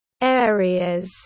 areas